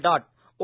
dot O